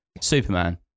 Superman